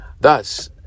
Thus